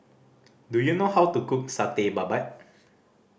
do you know how to cook Satay Babat